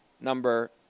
number